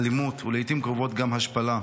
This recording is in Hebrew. אלימות, ולעיתים קרובות גם השפלה.